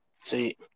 See